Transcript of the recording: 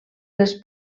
les